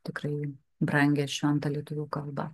tikrai brangią ir šventą lietuvių kalbą